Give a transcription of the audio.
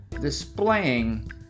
displaying